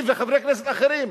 אני וחברי כנסת אחרים,